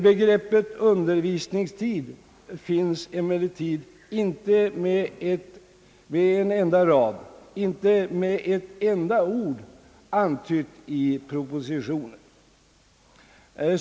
Begreppet <undervisningstid finns emellertid inte antytt i propositionen med en enda rad eller ett enda ord.